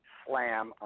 slam